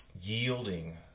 yielding